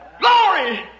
Glory